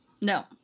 No